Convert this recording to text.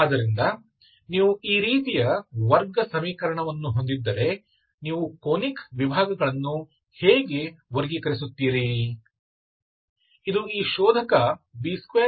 ಆದ್ದರಿಂದನೀವು ಈ ರೀತಿಯ ವರ್ಗ ಸಮೀಕರಣವನ್ನು ಹೊಂದಿದ್ದರೆ ನೀವು ಕೋನಿಕ್ ವಿಭಾಗಗಳನ್ನು ಹೇಗೆ ವರ್ಗೀಕರಿಸುತ್ತೀರಿ